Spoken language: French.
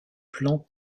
plan